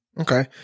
Okay